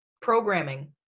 programming